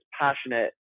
passionate